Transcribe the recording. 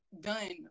done